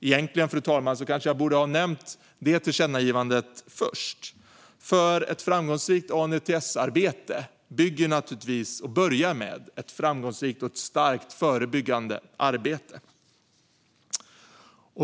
Egentligen, fru talman, kanske jag borde ha nämnt detta tillkännagivande först, för ett framgångsrikt ANDTS-arbete bygger naturligtvis på och börjar med ett framgångsrikt och starkt förebyggande arbete.